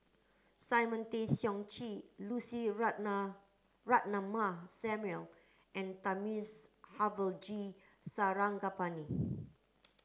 Simon Tay Seong Chee Lucy Ratnammah Samuel and Thamizhavel G Sarangapani